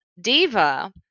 Diva